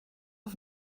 auf